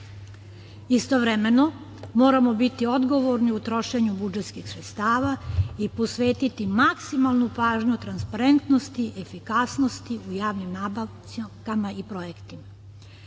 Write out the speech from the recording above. privredu. Istovremeno moramo biti odgovorni u trošenju budžetskih sredstava i posvetiti maksimalnu pažnju transparentnosti i efikasnosti u javnim nabavkama i projektima. Posebno